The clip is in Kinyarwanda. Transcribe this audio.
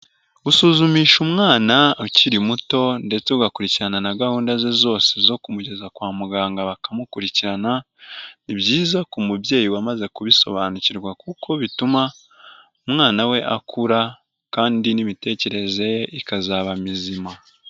Gusuzumisha umwana ukiri muto ndetse ugakurikirana na gahunda ze zose zo kumugeza kwa muganga bakamukurikirana, ni byiza ku mubyeyi wamaze kubisobanukirwa kuko bituma umwana we akura kandi n'imitekerereze ye ikazaba mizima.